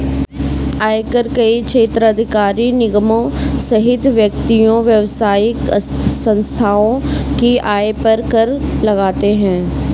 आयकर कई क्षेत्राधिकार निगमों सहित व्यक्तियों, व्यावसायिक संस्थाओं की आय पर कर लगाते हैं